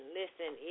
listen